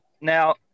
now